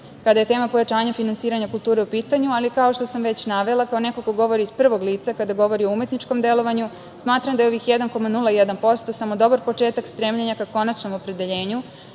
kada je tema pojačanja finansiranja kulture u pitanju, ali kao što sam već navela, kao neko ko govori iz prvog lica kada govori o umetničkom delovanju, smatram da je ovih 1,01% samo dobar početak stremljenja ka konačnom opredeljenju